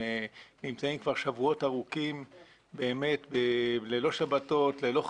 הם נמצאים כבר שבועות ארוכים ללא שבתות, ללא חגים,